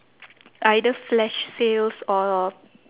either flash sales or